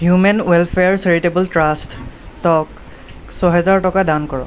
human welfare charitable ট্ৰাষ্টক ছয়হেজাৰ টকা দান কৰক